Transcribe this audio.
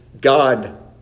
God